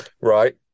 right